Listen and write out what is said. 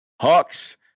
Hawks